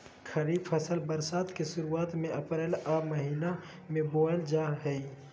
खरीफ फसल बरसात के शुरुआत में अप्रैल आ मई महीना में बोअल जा हइ